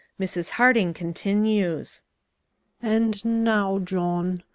mrs. harding continues and now, john,